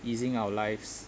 easing our lives